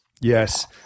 Yes